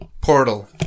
Portal